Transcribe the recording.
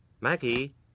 Maggie